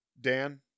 dan